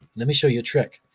let me show you the trick.